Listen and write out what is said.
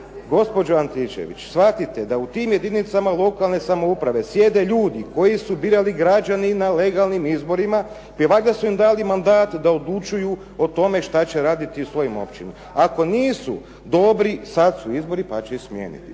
Gospođo Antičević, shvatite da u tim jedinicama lokalne samouprave sjede ljudi koje su birali građani na legalnim izborima i valjda su im dali mandat da odlučuju o tome što će raditi u svojim općinama. Ako nisu dobri, sad su izbori pa će ih smijeniti.